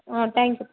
ಹಾಂ thank you